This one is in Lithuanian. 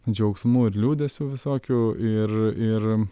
džiaugsmų ir liūdesių visokių ir ir